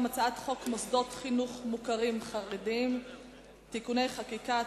בסדר-היום: הצעת חוק מוסדות חינוך מוכרים חרדיים (תיקוני חקיקה),